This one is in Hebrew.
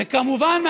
וכמובן,